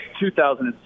2006